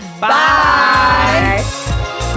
Bye